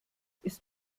ist